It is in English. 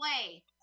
Play